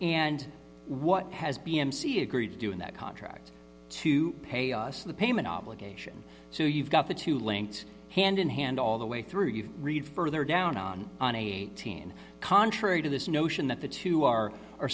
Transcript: and what has been mc agreed to do in that contract to pay us the payment obligation so you've got the two links hand in hand all the way through you read further down on an eighteen contrary to this notion that the two are are